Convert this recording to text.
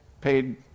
paid